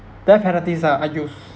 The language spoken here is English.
death penalties are are used